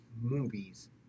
movies